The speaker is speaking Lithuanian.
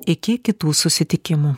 iki kitų susitikimų